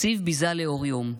תקציב ביזה לאור יום,